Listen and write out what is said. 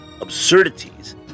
absurdities